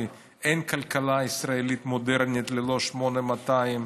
כי אין כלכלה ישראלית מודרנית ללא 8200,